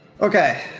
okay